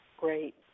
Great